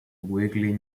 weekly